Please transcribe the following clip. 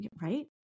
Right